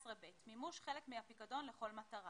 "18ב.מימוש חלק מהפיקדון לכל מטרה